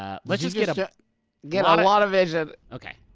ah let's just get a yeah get a lot of vision. okay.